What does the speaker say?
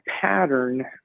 pattern